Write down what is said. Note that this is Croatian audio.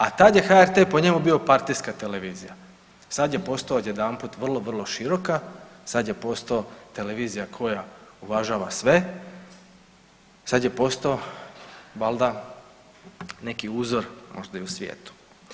A tad je HRT po njemu bio partijska televizija, sad je postao odjedanput vrlo, vrlo široka, sad je postao televizija koja uvažava sve, sad je postao valjda neki uzor možda i u svijetu.